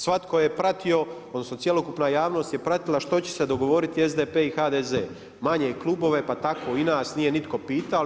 Svatko je pratio odnosno cjelokupna javnost je pratila što će se dogovoriti SDP i HDZ, manje klubove pa tako i nas nitko nije pitao.